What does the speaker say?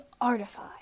Artify